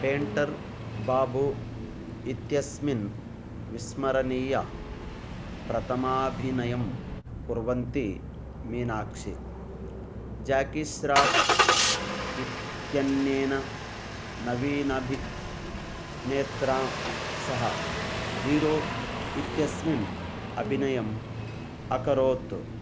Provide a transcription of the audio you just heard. painter Babu इत्यस्मिन् विस्मरणीयप्रथमाभिनयं कुर्वती मीनाक्षी जाकि स्राफ़् इत्यन्नेन नवीनाभिनेत्रा सह हीरो इत्यस्मिन् अभिनयम् अकरोत्